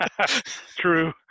True